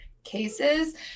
cases